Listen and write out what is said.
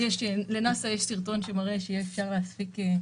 לנאס"א יש סרטון שמראה שאפשר יהיה להפיק אנרגיה מכוכבים.